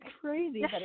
crazy